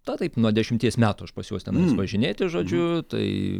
na taip nuo dešimties metų aš pas juos tenais važinėti žodžiu tai